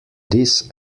this